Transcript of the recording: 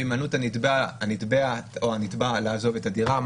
הימנעות הנתבעת או הנתבע לעזוב את הדירה,